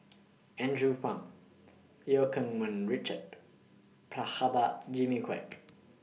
Andrew Phang EU Keng Mun Richard Prabhakara Jimmy Quek